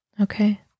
Okay